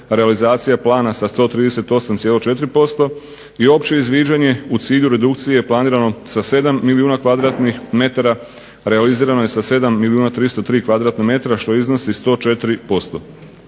realizacija plana sa 138,4% i opće izviđanje u cilju redukcije je planirano sa 7 milijuna m2, a realizirano je sa 7 milijuna 303 m2, što iznosi 104%.